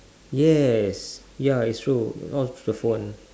yes ya it's true all through the phone